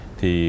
Thì